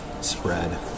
spread